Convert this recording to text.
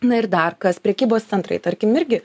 na ir dar kas prekybos centrai tarkim irgi